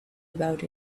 about